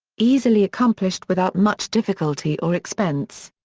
easily accomplished without much difficulty or expense.